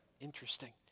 interesting